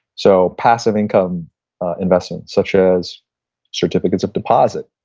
so passive income investments such as certificates of deposit,